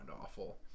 awful